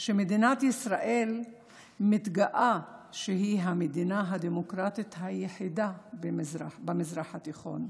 שמדינת ישראל מתגאה שהיא המדינה הדמוקרטית היחידה במזרח התיכון.